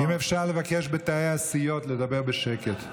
אם אפשר לבקש בתאי הסיעות לדבר בשקט.